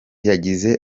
yagize